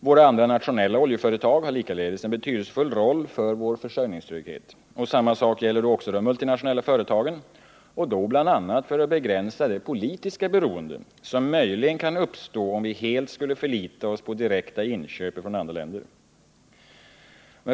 Våra övriga nationella oljeföretag spelar likaledes en betydelsefull roll för vår försörjningstrygghet. Detsamma gäller de multinationella företagen, och då bl.a. för att begränsa det politiska beroende som möjligen kan uppstå om vi helt skulle förlita oss till direkta oljeköp från andra länder.